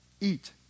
Eat